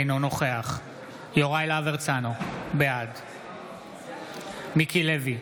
אינו נוכח יוראי להב הרצנו, בעד מיקי לוי,